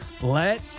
Let